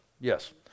yes